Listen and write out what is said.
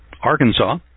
Arkansas